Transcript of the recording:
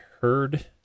heard